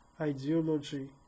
ideology